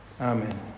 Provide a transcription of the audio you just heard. Amen